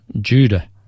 Judah